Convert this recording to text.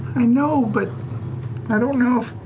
i know, but i don't know if.